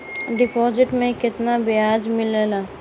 Deposit मे केतना बयाज मिलेला?